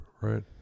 Right